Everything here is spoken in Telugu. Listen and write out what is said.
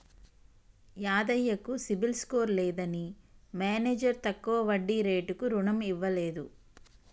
యాదయ్య కు సిబిల్ స్కోర్ లేదని మేనేజర్ తక్కువ వడ్డీ రేటుకు రుణం ఇవ్వలేదు